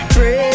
Pray